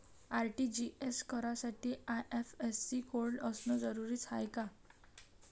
RTGS करासाठी IFSC code असनं जरुरीच हाय का?